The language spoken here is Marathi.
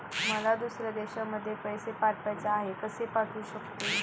मला दुसऱ्या देशामध्ये पैसे पाठवायचे आहेत कसे पाठवू शकते?